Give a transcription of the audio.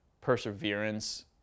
perseverance